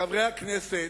חברי הכנסת,